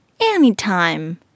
Anytime